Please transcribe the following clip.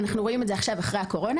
אנחנו רואים את זה עכשיו, אחרי הקורונה